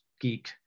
geek